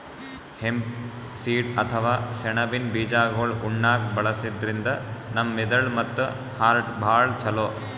hemp seed ಅಥವಾ ಸೆಣಬಿನ್ ಬೀಜಾಗೋಳ್ ಉಣ್ಣಾಕ್ಕ್ ಬಳಸದ್ರಿನ್ದ ನಮ್ ಮೆದಳ್ ಮತ್ತ್ ಹಾರ್ಟ್ಗಾ ಭಾಳ್ ಛಲೋ